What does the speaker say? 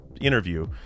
interview